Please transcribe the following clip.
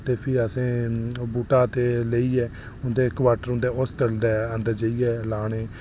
ते भी असें ओह् बूह्टा ते लेइयै उं'दे क्वॉर्टर ते हॉस्टल च जाइयै लाने